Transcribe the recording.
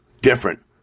different